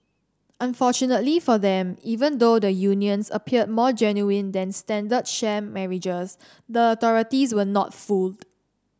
unfortunately for them even though the unions appeared more genuine than standard sham marriages the authorities were not fooled